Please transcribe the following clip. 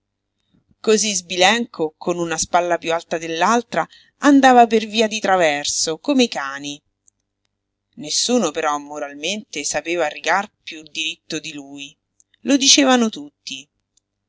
cosí sbilenco con una spalla piú alta dell'altra andava per via di traverso come i cani nessuno però moralmente sapeva rigar piú diritto di lui lo dicevano tutti